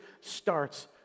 starts